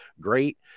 Great